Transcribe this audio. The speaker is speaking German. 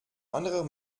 anderer